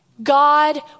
God